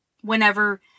whenever